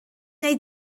wnei